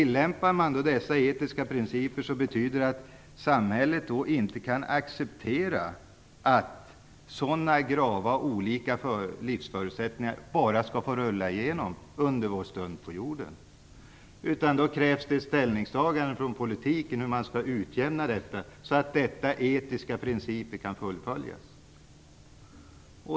Om man tillämpar de etiska principerna betyder det att samhället inte kan acceptera att vår stund på jorden bara får rulla igenom med så olika livsförutsättningar. Det krävs ett ställningstagande från politikerna om hur dessa förhållanden skall utjämnas, så att dessa etiska principer kan fullföljas.